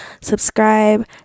subscribe